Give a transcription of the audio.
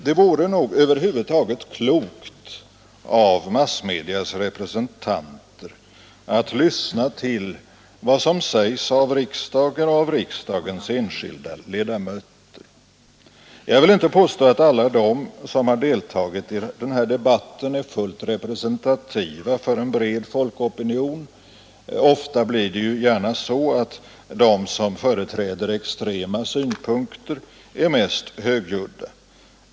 Det vore nog över huvud taget klokt av massmedias representanter att lyssna till vad som sägs av riksdagen och riksdagens enskilda ledamöter. Jag vill inte påstå att alla de som har deltagit i denna debatt är fullt representativa för en bred folkopinion. Ofta blir det så att de som företräder extrema synpunkter är mest högljudda.